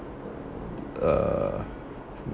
uh